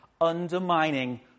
undermining